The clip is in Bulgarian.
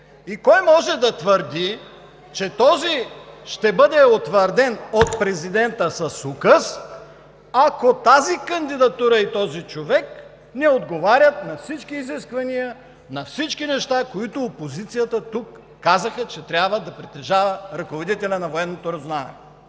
Кой може да твърди, че този ще бъде утвърден от президента с указ, ако тази кандидатура и този човек не отговарят на всички изисквания, на всички неща, които опозицията тук казаха, че трябва да притежава ръководителят на Военното разузнаване?